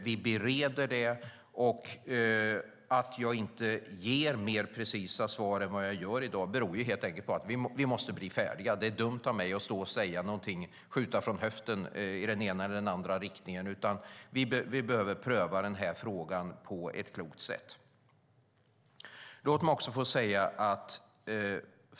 Vi bereder det. Att jag inte ger mer precisa svar än vad jag gör i dag beror helt enkelt på att vi måste bli färdiga. Det är dumt av mig att stå och säga någonting och skjuta från höften i den ena eller den andra riktningen. Vi behöver pröva den här frågan på ett klokt sätt. Låt mig också få säga en sak.